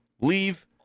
leave